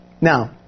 Now